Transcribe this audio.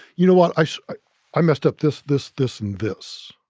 you know what? i i messed up this, this, this, and this.